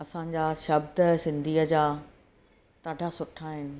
असांजा शब्द सिंधीअ जा ॾाढा सुठा आहिनि